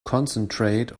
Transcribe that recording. concentrate